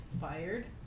fired